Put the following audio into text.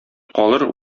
калыр